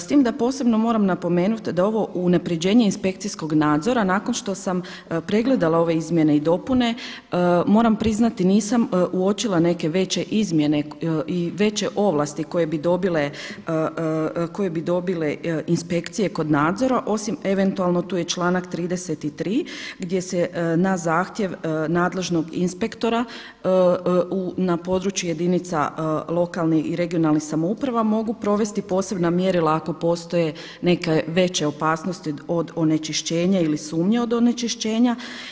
S tim da posebno moram napomenuti da ovo unapređenje inspekcijskog nadzora nakon što sam pregledala ove izmjene i dopune moram priznati nisam uočila neke veće izmjene i veće ovlasti koje bi dobile inspekcije kod nadzora, osim eventualno tu je članak 33. gdje se na zahtjev nadležnog inspektora na području jedinica lokalnih i regionalnih samouprava mogu provesti posebna mjerila ako postoje neke veće opasnosti od onečišćenja ili sumnje od onečišćenja.